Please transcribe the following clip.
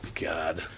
God